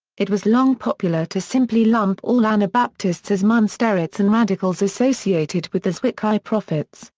it was long popular to simply lump all anabaptists as munsterites and radicals associated with the zwickau prophets,